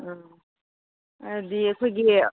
ꯑꯪ ꯍꯥꯏꯗꯤ ꯑꯩꯈꯣꯏꯒꯤ